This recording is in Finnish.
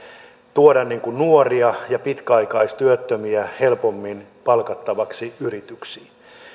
tuoda nuoria ja pitkäaikaistyöttömiä helpommin palkattavaksi yrityksiin